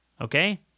Okay